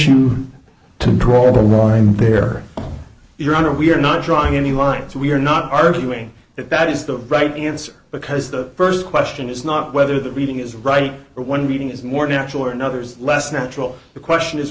you to draw the line there your honor we're not drawing any lines we're not arguing that that is the right answer because the st question is not whether the reading is right or one reading is more natural or another's less natural the question is